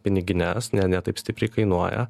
pinigines ne ne taip stipriai kainuoja